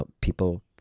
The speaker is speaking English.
people